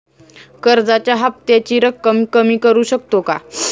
कर्जाच्या हफ्त्याची रक्कम कमी करू शकतो का?